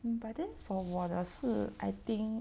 but then for 我的是 I think